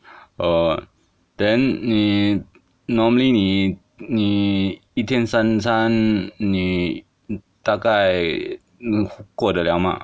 err then 你 normally 你你一天三餐你大概过得了吗